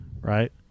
Right